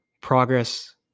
progress